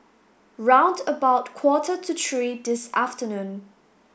round about quarter to three this afternoon